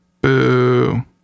Boo